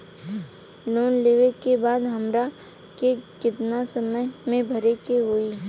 Loan लेवे के बाद हमरा के कितना समय मे भरे के होई?